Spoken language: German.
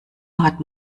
hat